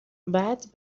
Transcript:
بعد